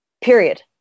Period